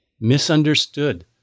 misunderstood